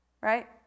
right